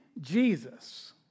Jesus